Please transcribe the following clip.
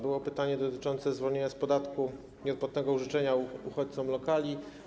Było pytanie dotyczące zwolnienia z podatku, nieodpłatnego użyczenia uchodźcom lokali.